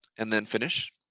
and then finish